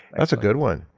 that's a good one.